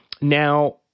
Now